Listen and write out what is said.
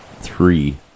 three